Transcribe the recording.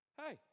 hey